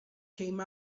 came